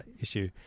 issue